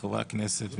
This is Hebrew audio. לחברי הכנסת ולעובדים.